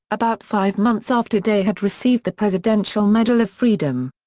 about five months after day had received the presidential medal of freedom.